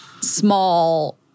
small